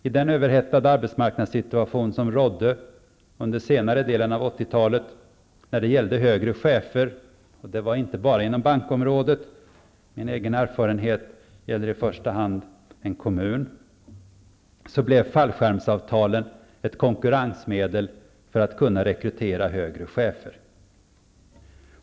I den överhettade arbetsmarknadssituation som rådde under senare delen av 80-talet när det gällde högre chefer -- inte bara inom bankområdet, min egen erfarenhet gäller i första hand kommunen -- blev ''fallskärmsavtalen'' ett konkurrensmedel för att kunna rekrytera högre chefer.